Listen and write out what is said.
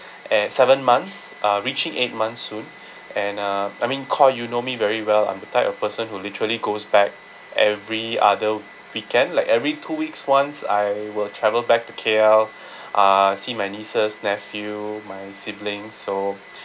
at seven months uh reaching eight months soon and uh I mean qhair you know me very well I'm the type of person who literally goes back every other weekend like every two weeks once I will travel back to K_L uh see my nieces nephew my siblings so